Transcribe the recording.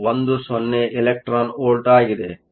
10 electron ವೋಲ್ಟ್Electron volt ಆಗಿದೆ